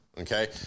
okay